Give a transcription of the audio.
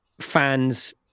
fans